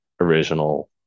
original